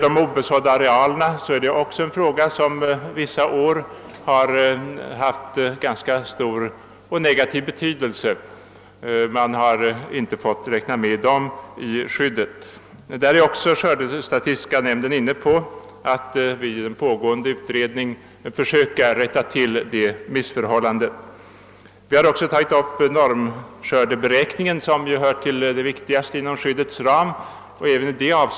De obesådda arealerna har vissa år haft stor negativ betydelse, eftersom man inte fått räkna med dem i skyddet. Skördestatistiska nämnden har för avsikt att vid den pågående utredningen försöka rätta till det missförhållandet. Vi har också tagit upp normskördeberäkningen, som hör till det viktigaste inom skyddets ram.